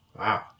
Wow